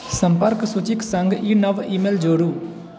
संपर्क सूचिक सङ्ग ई नव ईमेल जोड़ु